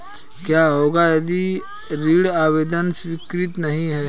क्या होगा यदि ऋण आवेदन स्वीकृत नहीं है?